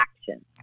action